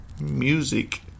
music